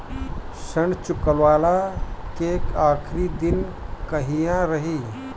ऋण चुकव्ला के आखिरी दिन कहिया रही?